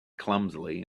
clumsily